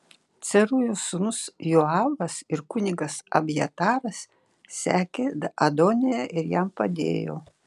cerujos sūnus joabas ir kunigas abjataras sekė adoniją ir jam padėjo